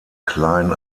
klein